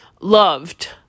loved